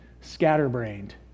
scatterbrained